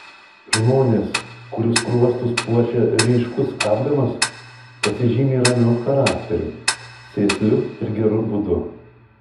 žmonės kurių skruostus puošia ryškus apgamas pasižymi ramiu charakteriu sėsliu ir geru būdu